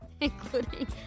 including